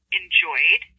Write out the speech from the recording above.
enjoyed